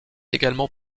également